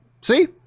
See